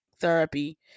therapy